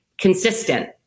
consistent